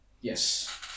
Yes